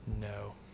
no